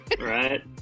right